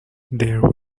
there